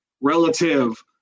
relative